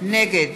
נגד